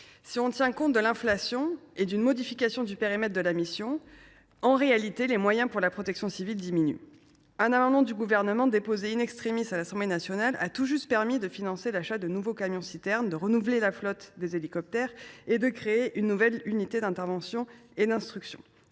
Si l’on tient compte de l’inflation et d’une modification du périmètre de la mission, les moyens pour la sécurité civile diminuent. L’adoption d’un amendement du Gouvernement, déposé à l’Assemblée nationale, permet tout juste de financer l’achat de nouveaux camions citernes, de renouveler la flotte des hélicoptères et de créer une nouvelle unité d’intervention et d’instruction.